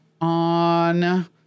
on